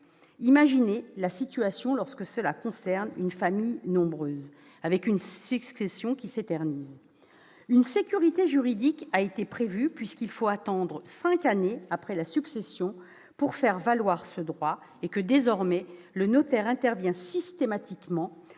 Imaginez la situation lorsque cela concerne une famille nombreuse, avec une succession qui s'éternise. Une sécurité juridique a été prévue : il faudra attendre cinq années après la succession pour faire valoir ce droit et le notaire interviendra systématiquement,